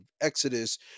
Exodus